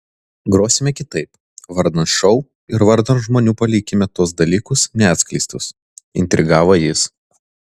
grosime kitaip vardan šou ir vardan žmonių palikime tuos dalykus neatskleistus intrigavo jis